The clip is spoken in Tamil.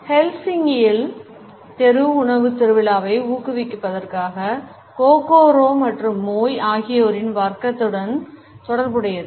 ஹெல்சிங்கியில் தெரு உணவுத் திருவிழாவை ஊக்குவிப்பதற்காக கோகோரோ மற்றும் மோய் ஆகியோரின் வர்த்தகத்துடன் தொடர்புடையது